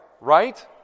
right